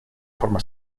forma